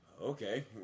Okay